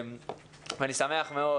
אני שמח מאוד